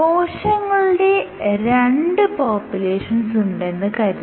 കോശങ്ങളുടെ രണ്ട് പോപ്പുലേഷൻസ് ഉണ്ടെന്ന് കരുതുക